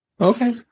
Okay